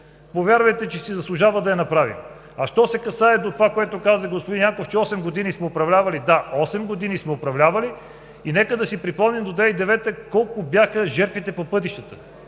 повярвайте, че си заслужава да я направим. Що се касае до това, което каза господин Янков, че осем години сме управлявали – да, осем години сме управлявали. Нека да си припомним до 2009 г. колко бяха жертвите по пътищата.